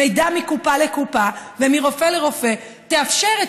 מידע מקופה לקופה ומרופא לרופא תאפשר את